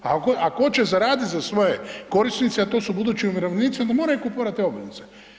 Ako hoće zaraditi za svoje korisnice, a to su budući umirovljenici, onda moraju kupovati obveznice.